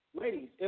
ladies